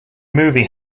movie